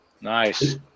Nice